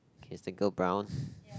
is the girl brown